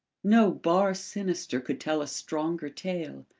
no bar sinister could tell a stronger tale.